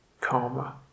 karma